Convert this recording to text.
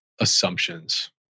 assumptions